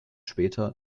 später